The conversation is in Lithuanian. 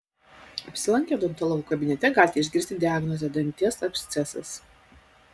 apsilankę odontologo kabinete galite išgirsti diagnozę danties abscesas